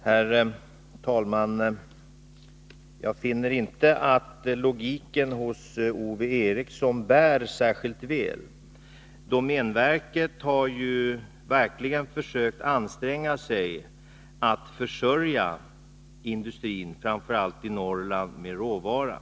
Herr talman! Jag finner inte att Ove Erikssons logik bär särskilt väl. Domänverket har ju verkligen ansträngt sig att försörja industrin framför allt i Norrland med råvara.